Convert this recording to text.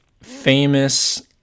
famous